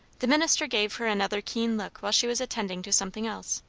the minister gave her another keen look while she was attending to something else,